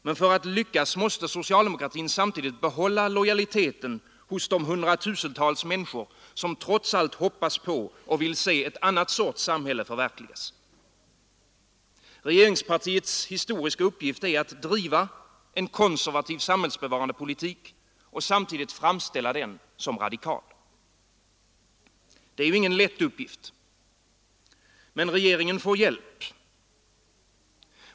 Men för att lyckas måste socialdemokratin samtidigt behålla lojaliteten hos de hundratusentals människor som trots allt hoppas på och vill se en annat sorts samhälle förverkligas. Regeringspartiets historiska uppgift är att driva en konservativ, samhällsbevarande politik och samtidigt framställa den som radikal. Det är ingen lätt uppgift. Men regeringen får hjälp.